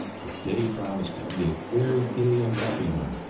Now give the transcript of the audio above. the day promised to be a very gay and happy one,